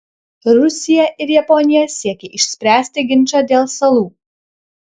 rusija ir japonija siekia išspręsti ginčą dėl salų